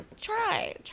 Try